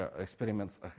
experiments